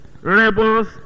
rebels